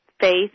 faith